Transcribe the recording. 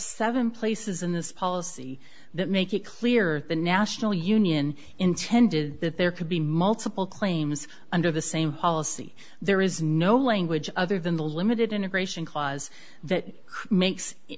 seven places in this policy that make it clear the national union intended that there could be multiple claims under the same policy there is no language other than the limited integration clause that makes it